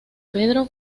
pedro